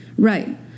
Right